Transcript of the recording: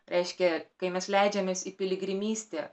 reiškia kai mes leidžiamės į piligrimystę